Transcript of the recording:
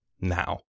now